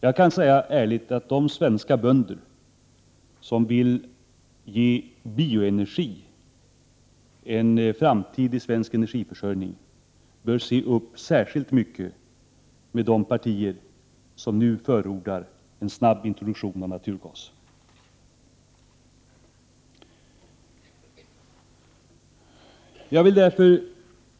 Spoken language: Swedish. Jag kan säga ärligt att de svenska bönder som vill ge bioenergin en framtid i svensk energiförsörjning bör se upp särskilt mycket med de partier som nu förordar en snabb introduktion av naturgas.